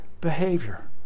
behavior